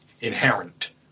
inherent